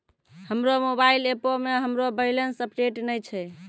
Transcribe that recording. हमरो मोबाइल एपो मे हमरो बैलेंस अपडेट नै छै